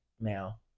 now